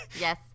Yes